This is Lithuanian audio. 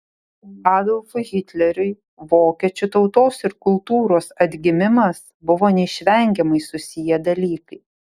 adolfui hitleriui vokiečių tautos ir kultūros atgimimas buvo neišvengiamai susiję dalykai